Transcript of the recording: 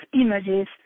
images